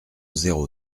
zéro